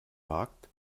wagt